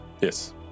Yes